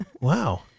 Wow